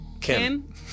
Kim